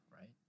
right